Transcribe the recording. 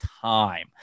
time